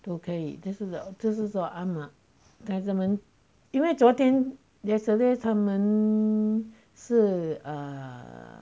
都可以就是就是说阿妈他跟他们因为昨天 yesterday 他们是 err